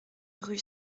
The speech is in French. rue